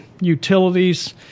utilities